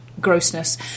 grossness